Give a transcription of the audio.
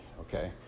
okay